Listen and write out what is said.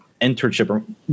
internship